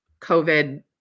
COVID